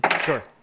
Sure